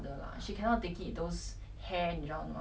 oh yah cause animal 会掉毛